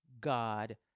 God